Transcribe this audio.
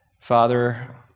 Father